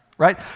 right